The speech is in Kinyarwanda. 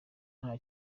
nta